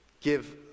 give